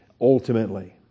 ultimately